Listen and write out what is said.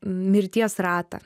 mirties ratą